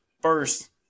first